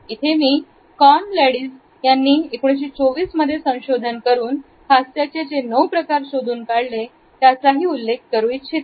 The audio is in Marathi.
इथे मी कोर्न लेडीज ज्यांनी 1924 मध्ये संशोधन करून हास्याचे नऊ प्रकार शोधून काढले त्यांचाही उल्लेख करू इच्छिते